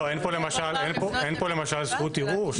לא, אין פה למשל זכות ערעור.